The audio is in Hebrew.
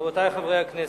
רבותי חברי הכנסת,